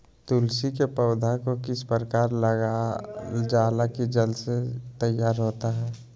तुलसी के पौधा को किस प्रकार लगालजाला की जल्द से तैयार होता है?